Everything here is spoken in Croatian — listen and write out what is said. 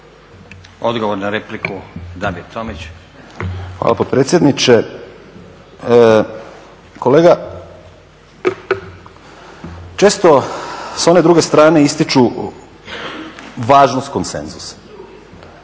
Odgovor na repliku, Damir Tomić. **Tomić, Damir (SDP)** Hvala potpredsjedniče. Kolega često s one druge strane ističu važnost konsenzusa.